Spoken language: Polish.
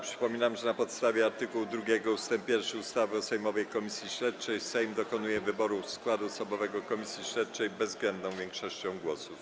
Przypominam, że na podstawie art. 2 ust. 1 ustawy o sejmowej komisji śledczej Sejm dokonuje wyboru składu osobowego komisji śledczej bezwzględną większością głosów.